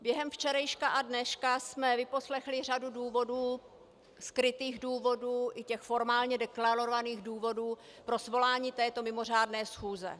Během včerejška a dneška jsme vyposlechli řadu důvodů, skrytých důvodů i těch formálně deklarovaných důvodů pro svolání této mimořádné schůze.